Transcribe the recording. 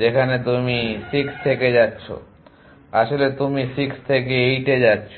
যেখানে তুমি 6 থেকে যাচ্ছো আসলে তুমি 6 থেকে 8 এ যাচ্ছো